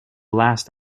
last